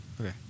Okay